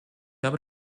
habe